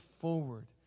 forward